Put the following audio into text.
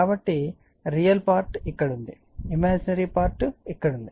కాబట్టి రియల్ భాగం ఇక్కడ ఉంది మరియు ఇమాజినరీ భాగం ఇక్కడ ఉంది